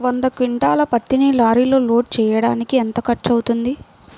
వంద క్వింటాళ్ల పత్తిని లారీలో లోడ్ చేయడానికి ఎంత ఖర్చవుతుంది?